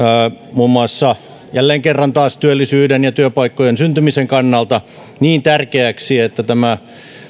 jälleen kerran taas muun muassa työllisyyden ja työpaikkojen syntymisen kannalta niin tärkeäksi että tämä